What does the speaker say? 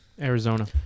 Arizona